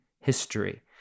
history